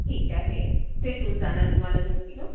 ठीक आहे भेटून जाणार तुम्हाला दोन किलो